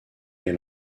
est